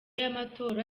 y’amatora